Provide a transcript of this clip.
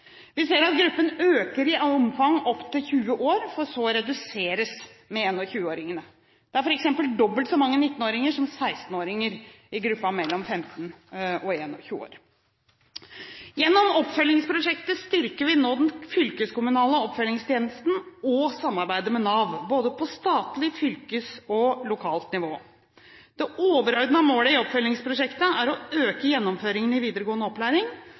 Vi ser at gruppen øker i omfang opp til 20 år for så å reduseres med 21-åringene. Det er f.eks. dobbelt så mange 19-åringer som 16-åringer i gruppen mellom 15 og 21 år. Gjennom Oppfølgingsprosjektet styrker vi nå den fylkeskommunale oppfølgingstjenesten og samarbeidet med Nav, både på statlig nivå, fylkesnivå og lokalt nivå. Det overordnede målet i Oppfølgingsprosjektet er å øke gjennomføringen i videregående opplæring.